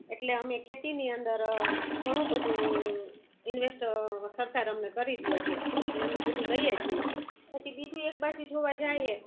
એટલે અમે ખેતીની અંદર ઘણું બધુ ઇન્વેસ્ટ સરકાર અમને કરી દે છે અને અમે બધું લઈએ છીએ પછી બીજું એક બાજુ જોવા જઈએ